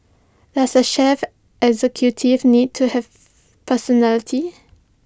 does A chief executive need to have personality